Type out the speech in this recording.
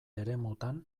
eremutan